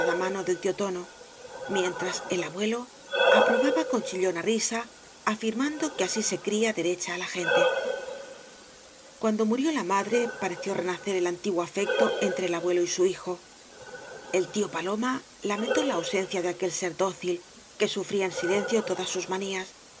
mano del tío tóai mieoíras el abuelo aprobaba con chillona risa afirmando que así se cría derecha á la gente cuando murió la madre pareció renacer el antiguo afecto entre el abuelo y su hijo el tío paloma lamentó la ausencia de aquel ser dócil que sufría en silencio todas sus manías